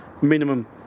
minimum